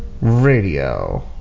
Radio